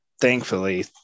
thankfully